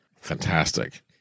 Fantastic